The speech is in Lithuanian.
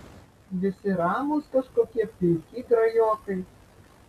visi ramūs kažkokie pilki grajokai